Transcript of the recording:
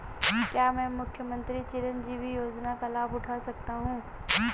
क्या मैं मुख्यमंत्री चिरंजीवी योजना का लाभ उठा सकता हूं?